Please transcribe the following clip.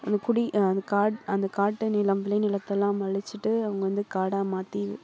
அந்த குடி அந்த காட் அந்த காட்டை நிலம் விளை நிலத்தெல்லாம் அழிச்சுட்டு அவங்க வந்து காடாக மாற்றி